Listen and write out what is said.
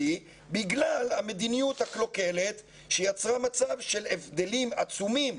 בגלל המדיניות הקלוקלת שיצרה מצב של הבדלים עצומים.